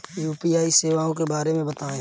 UPI सेवाओं के बारे में बताएँ?